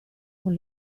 con